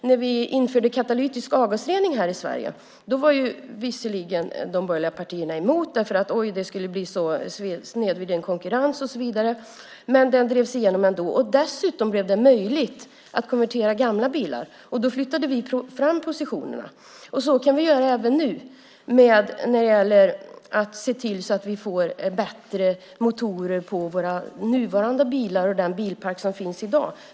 När vi införde katalytisk avgasrening i Sverige var de borgerliga partierna visserligen mot det eftersom det skulle bli en snedvriden konkurrens och så vidare, men den drevs igenom ändå. Dessutom blev det möjligt att konvertera gamla bilar. Då flyttade vi fram positionerna. Det kan vi göra även nu när det gäller att se till att vi får bättre motorer i våra nuvarande bilar, i den bilpark som finns i dag.